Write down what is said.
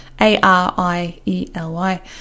A-R-I-E-L-Y